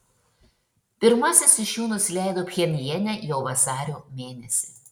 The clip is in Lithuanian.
pirmasis iš jų nusileido pchenjane jau vasario mėnesį